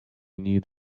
need